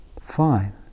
Fine